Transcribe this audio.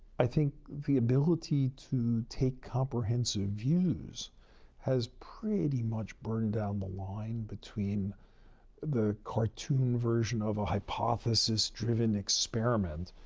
i think the ability to take comprehensive views has pretty much burned down the line between the cartoon version of a hypothesis-driven experiment,